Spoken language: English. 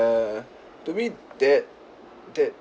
to me that that